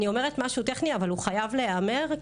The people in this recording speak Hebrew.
אני אומרת משהו טכני אבל הוא חייב להיאמר.